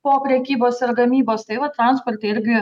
po prekybos ir gamybos tai va transporte irgi